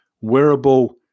wearable